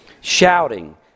shouting